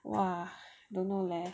!wah! don't know leh